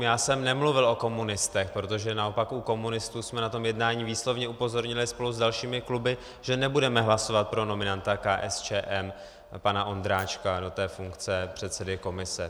Já jsem nemluvil o komunistech, protože naopak u komunistů jsme na tom jednání výslovně upozornili spolu s dalšími kluby, že nebudeme hlasovat pro nominanta KSČM pana Ondráčka do té funkce předsedy komise.